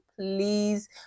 please